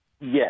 Yes